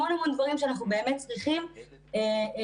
המון דברים שאנחנו באמת צריכים כדי